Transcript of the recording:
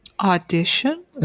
Audition